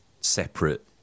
separate